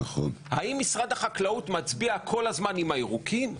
האם משרד החקלאות מצביע כל הזמן עם הירוקים?